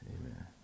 Amen